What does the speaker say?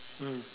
mm